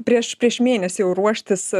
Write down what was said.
prieš prieš mėnesį jau ruoštis